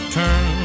turn